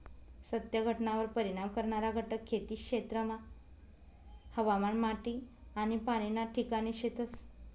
सत्य घटनावर परिणाम करणारा घटक खेती क्षेत्रमा हवामान, माटी आनी पाणी ना ठिकाणे शेतस